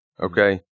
Okay